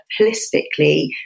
holistically